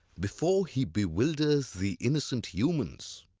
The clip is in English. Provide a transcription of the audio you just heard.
before he bewilders the innocent humans.